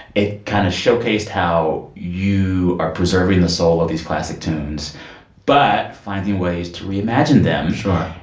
it kind of showcased how you are preserving the soul of these classic tunes but finding ways to reimagine them. sure.